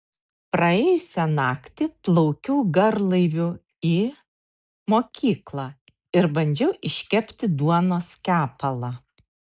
praėjusią naktį plaukiau garlaiviu į mokyklą ir bandžiau iškepti duonos kepalą